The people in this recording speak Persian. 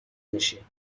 میشی